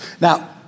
Now